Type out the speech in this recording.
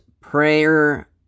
prayer